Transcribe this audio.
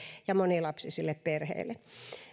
ja monilapsisille perheille